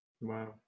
Wow